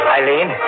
Eileen